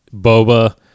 Boba